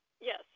Yes